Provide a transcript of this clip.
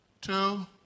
two